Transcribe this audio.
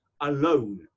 alone